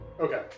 Okay